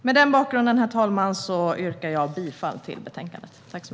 Mot denna bakgrund yrkar jag bifall till utskottets förslag.